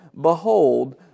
behold